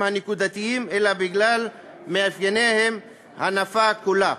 הנקודתיים אלא בגלל מאפייני הנפה כולה.